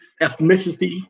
ethnicity